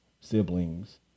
siblings